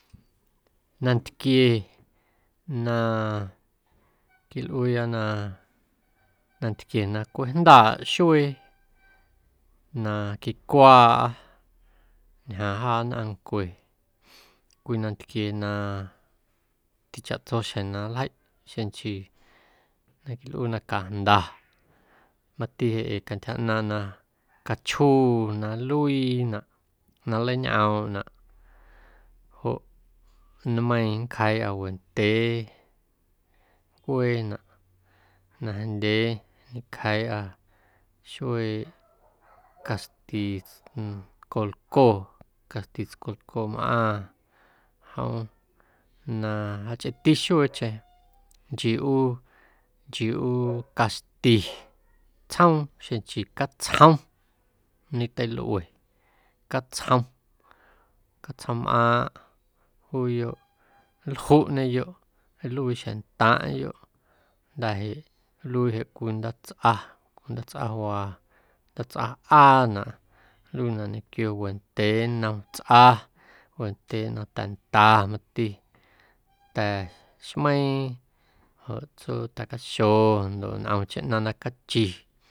Nantquie na quilꞌuuya na nantquie na cweꞌ jndaaꞌ xuee na quicwaaꞌa ñjaaⁿ jaa nnꞌaⁿncue cwii nantquie na tichaꞌtso xjeⁿ na ljeiꞌ xeⁿ nchii na quilꞌuu na cajnda mati jeꞌ ee cantyja ꞌnaaⁿꞌ na cachjuu na nluiinaꞌ, na nleiñꞌoomꞌnaꞌ joꞌ nmeiiⁿ nncjeiiꞌa wendyee ncueenaꞌ najndyee ñecjeiiꞌa xueeꞌ caxti tscolcoo, caxti tscolcoomꞌaaⁿ jom na jachꞌeeti xueecheⁿ nchii ꞌuu nchii ꞌuu caxti tsjoom xeⁿ nchii catsjom ñeteilꞌue catsjom, catsjommꞌaaⁿꞌ juuyo nljuꞌñeyoꞌ, nluii xjeⁿntaⁿꞌyoꞌ jnda̱ jeꞌ nluii cwii ndaatsꞌa, ndaatsꞌawaa ndaatsꞌaanaꞌ nluiinaꞌ ñequio wendyee nnom tsꞌa wendyee nnom ta̱nda mati ta̱xmeiiⁿ joꞌ tsuu ta̱caxo ndoꞌ ntꞌomcheⁿ ꞌnaⁿ na cachi.